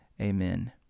Amen